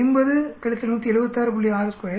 62 140 176